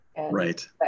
Right